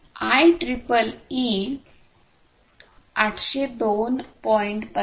आयट्रिपलई 802